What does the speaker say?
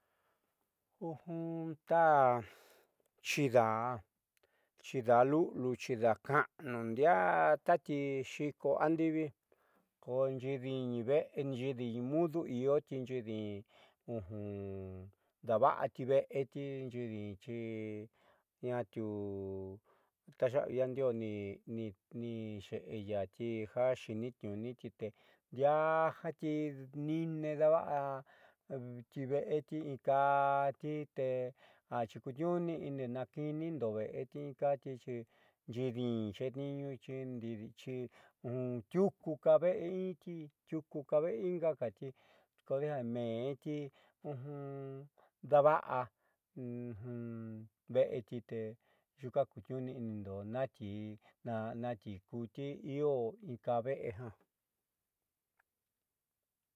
Ta chídaa chídaa lu'uliu chidaa kaanu ndi'aa tatixiiko andívi koxiidin ve'e nxiidiin mudu iotinxiidin daava'ati ve'eti xiidin texa'ayi yandioo nini ni xeeyati jaxiiniitniuuniti te ndiaati niine daava'ati ve'eti inkaati te achi kutniuuni inni naakiinindo ve'eti nikati xi xiidin xeetniiñu'uxi tiuku ka ve'eiiintitiuku ka vee ingakati kodeja menti daava'a veeti yuuka kutniuuniinindo naati naati kuti io in kaa veeja